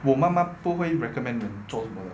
我妈妈不会 recommend 人做什么的